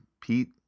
Pete